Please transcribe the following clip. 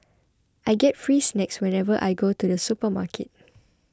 I get free snacks whenever I go to the supermarket